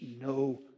no